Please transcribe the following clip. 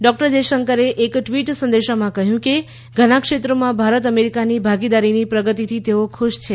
doctor જયશંકરે એક tweet સંદેશમાં કહ્યું કે ઘણા ક્ષેત્રોમાં ભારત અમેરિકાની ભાગીદારીની પ્રગતિથી તેઓ ખુશ છે